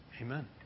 Amen